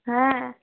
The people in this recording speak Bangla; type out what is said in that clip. হ্যাঁ